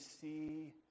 see